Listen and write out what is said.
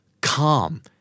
calm